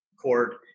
court